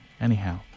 Anyhow